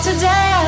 Today